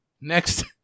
next